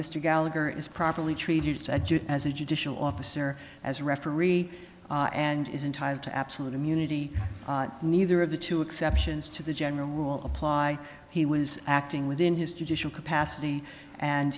mr gallagher is properly treated said as a judicial officer as a referee and is entitled to absolute immunity neither of the two exceptions to the general rule apply he was acting within his judicial capacity and